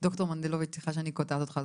ד"ר מנדלוביץ, סליחה שאני קוטעת אותך.